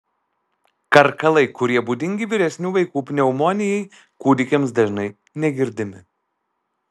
karkalai kurie būdingi vyresnių vaikų pneumonijai kūdikiams dažnai negirdimi